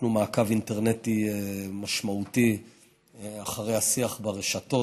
פתחנו מעקב אינטרנטי משמעותי אחרי השיח ברשתות.